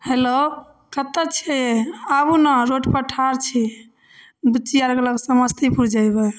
hello कत्तऽ छियै यै आबु ने रोडपर ठाढ़ छी बुच्ची आरके लऽ कऽ समस्तीपुर जयबै